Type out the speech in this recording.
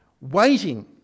waiting